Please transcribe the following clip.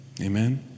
Amen